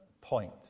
point